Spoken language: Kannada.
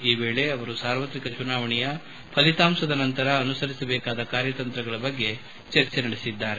ಈ ವೇಳೆ ಅವರು ಸಾರ್ವತ್ರಿಕ ಚುನಾವಣೆಯ ಫಲಿತಾಂಶದ ನಂತರ ಅನುಸರಿಸಬೇಕಾದ ಕಾರ್ಯತಂತ್ರಗಳ ಬಗ್ಗೆ ಚರ್ಚೆ ನಡೆಸಿದ್ದಾರೆ